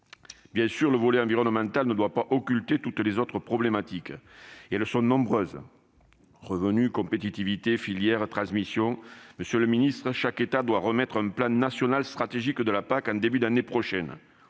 priorité. Le volet environnemental ne doit pas occulter toutes les autres problématiques. Et elles sont nombreuses : revenus, compétitivité, filières, transmission ... Monsieur le secrétaire d'État, chaque État doit remettre un plan national stratégique de la PAC en début d'année prochaine.